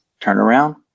turnaround